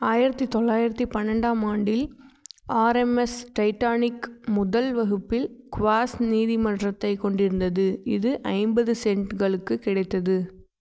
ஆயிரத்தி தொள்ளாயிரத்தி பனிரெண்டாம் ஆண்டில் ஆர்எம்எஸ் டைட்டானிக் முதல் வகுப்பில் குவாஸ் நீதிமன்றத்தைக் கொண்டிருந்தது இது ஐம்பது சென்ட்டுகளுக்கு கிடைத்தது